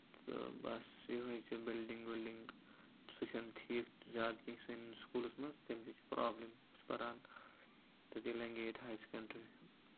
تہٕ بَس یِہوے چھِ بِلڈِنگ وِلڈِنگ سُہ چھُ نہ ٹھیٖک زیادٕ کیٚنہہ سٲنِس سٔکوٗلَس منٛز تَمہِ سۭتۍ چھِ پروبلِم سُہ کران تتی لینگیٹ ہایر سیکینڈری